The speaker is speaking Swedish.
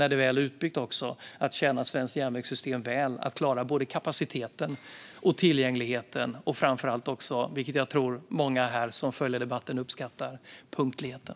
När det väl är utbyggt kommer det att tjäna det svenska järnvägssystemet väl och klara både kapaciteten och tillgängligheten och framför allt, vilket jag tror att många som följer debatten uppskattar, punktligheten.